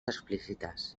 explícites